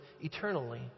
eternally